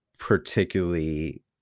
Particularly